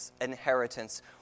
inheritance